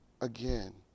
again